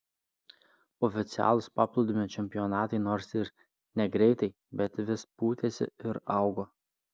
oficialūs paplūdimio čempionatai nors ir negreitai bet vis pūtėsi ir augo